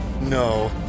No